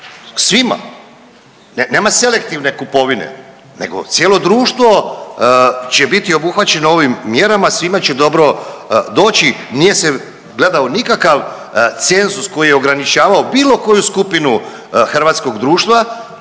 svima, nema selektivne kupovine, nego cijelo društvo će biti obuhvaćeno ovim mjerama, svima će dobro doći. Nije se gledao nikakav cenzus koji je ograničavao bilo koju skupinu hrvatskog društva.